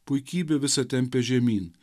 puikybė visa tempia žemyn